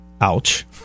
ouch